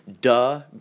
duh